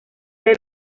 del